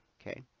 okay